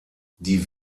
die